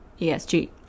ESG